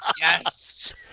yes